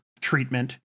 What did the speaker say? treatment